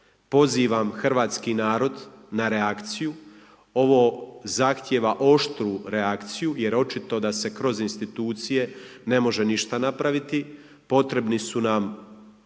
Pozivam hrvatski narod na reakciju, ovo zahtjeva oštru reakciju jer očito da se kroz institucije ne može ništa napraviti. Potrebni su nam